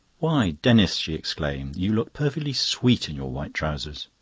why, denis, she exclaimed, you look perfectly sweet in your white trousers.